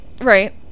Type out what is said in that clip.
Right